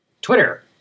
Twitter